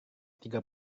tiga